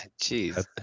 Jeez